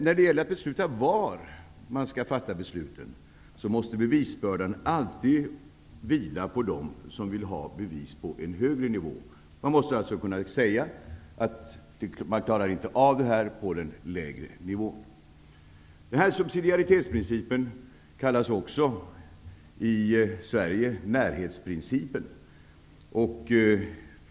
När det gäller att besluta om på vilken nivå man skall fatta besluten, måste bevisbördan alltid vila på dem som vill att det skall ske på en högre nivå. Man måste alltså kunna säga att man inte klarar av det här på den lägre nivån. Subsidiaritetsprincipen kallas i Sverige också för närhetsprincipen.